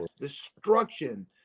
destruction